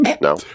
No